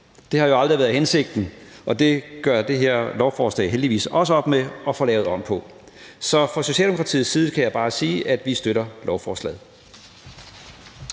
Det har jo aldrig været hensigten, og det gør det her lovforslag heldigvis også op med og får lavet om på. Så fra Socialdemokratiets side kan jeg bare sige, at vi støtter lovforslaget.